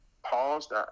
Paused